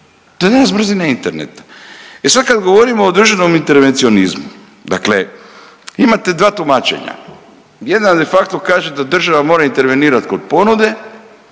to je danas brzina interneta. I sad kad govorimo o državnom intervencionizmu, dakle imate dva tumačenja. Jedan de facto kaže da država mora intervenirati kod ponude,